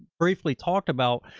briefly talked about,